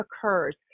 occurs